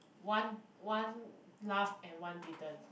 one one laugh and one didn't